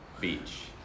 Beach